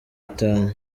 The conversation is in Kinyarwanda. itanu